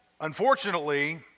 Unfortunately